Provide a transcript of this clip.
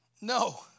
No